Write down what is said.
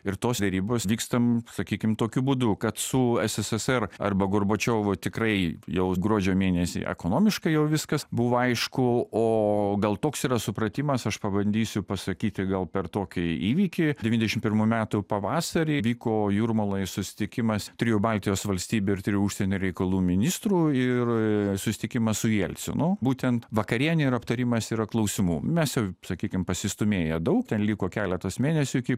ir tos derybos vyksta sakykim tokiu būdu kad su sssr arba gorbačiovu tikrai jau gruodžio mėnesį ekonomiškai jau viskas buvo aišku o gal toks yra supratimas aš pabandysiu pasakyti gal per tokį įvykį devyniasdešim pirmų metų pavasarį vyko jūrmaloj susitikimas trijų baltijos valstybių ir trijų užsienio reikalų ministrų ir susitikimas su jelcinu būtent vakarienė ir aptarimas yra klausimų mes jau sakykim pasistūmėję daug ten liko keletas mėnesių iki